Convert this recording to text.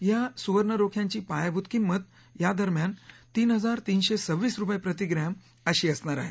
या सुवर्णरोख्याची पायाभूत किंमत यादरम्यान तीन हजार तीनशे सव्वीस रुपये प्रतिग्रॅम अशी असणार आहे